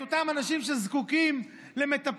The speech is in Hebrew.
את אותם אנשים שזקוקים למטפלים,